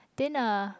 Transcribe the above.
dinner